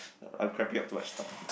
I'm crapping out too much stuff